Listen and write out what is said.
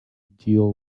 deal